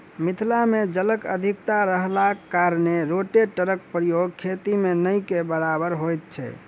मिथिला मे जलक अधिकता रहलाक कारणेँ रोटेटरक प्रयोग खेती मे नै के बराबर होइत छै